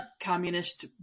communist